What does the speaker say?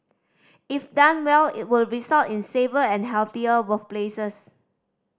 if done well it would result in safer and healthier workplaces